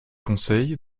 conseil